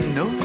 no